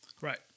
Right